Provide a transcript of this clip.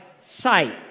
sight